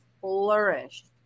flourished